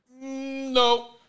No